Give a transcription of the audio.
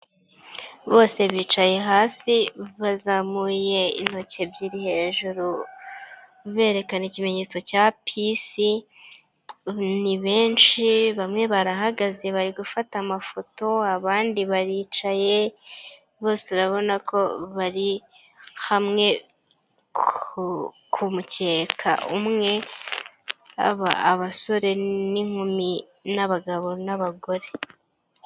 Bose bicaye hasi bazamuye intoki ebyiri hejuru berekana ikimenyetso cya pisi, ni benshi bamwe barahagaze bari gufata amafoto, abandi baricaye, bose urabona ko bari hamwe ku mucyeka umwe, abasore n'inkumi n'abagabo n'abagore.